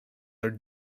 are